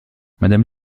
madame